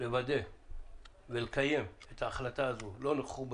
לוודא ולקיים את ההחלטה הזו לא נכחו בדיון,